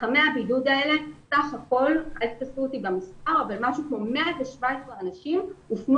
למתחמי הבידוד האלה אל תתפסו אותי במילה בסך הכול הופנו